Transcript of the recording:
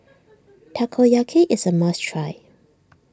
Takoyaki is a must try